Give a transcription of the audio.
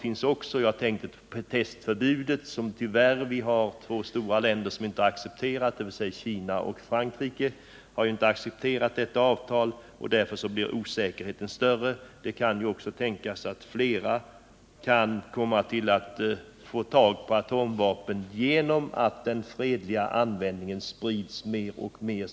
När det gäller andra avtal har två stora länder, Kina och Frankrike, inte accepterat avtalet om testförbud. Därför blir osäkerheten stor. Det kan också tänkas att fler länder kan få atomvapen genom att den fredliga användningen av kärnkraft sprids mer och mer.